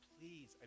please